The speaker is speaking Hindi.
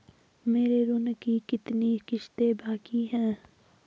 मेरे ऋण की कितनी किश्तें बाकी हैं?